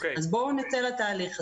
אז בואו נצא לתהליך הזה.